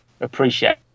appreciate